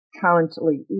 currently